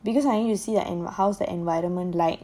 because I need to see the how's the environment like